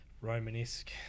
Romanesque